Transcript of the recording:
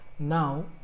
Now